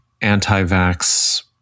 anti-vax